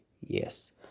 yes